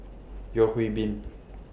Yeo Hwee Bin